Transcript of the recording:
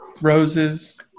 roses